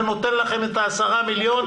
זה נותן לכם את ה-10 מיליון,